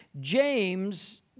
James